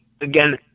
Again